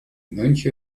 mönche